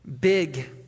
big